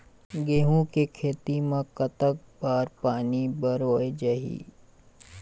गेहूं के खेती मा कतक बार पानी परोए चाही?